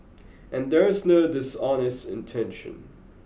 and there is no dishonest intention